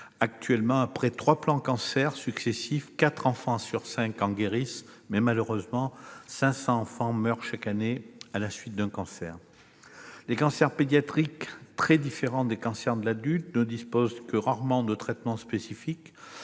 Actuellement, après trois plans Cancer successifs, quatre enfants sur cinq en guérissent, mais, malheureusement, 500 enfants meurent encore chaque année à la suite d'un cancer. Les cancers pédiatriques, très différents des cancers de l'adulte, ne disposent que rarement de traitements spécifiques.